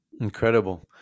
Incredible